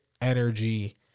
energy